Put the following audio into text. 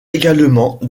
également